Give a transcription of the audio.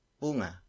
bunga